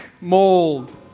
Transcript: mold